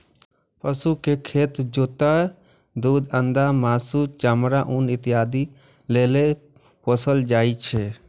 पशु कें खेत जोतय, दूध, अंडा, मासु, चमड़ा, ऊन इत्यादि लेल पोसल जाइ छै